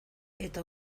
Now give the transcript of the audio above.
eta